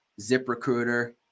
ZipRecruiter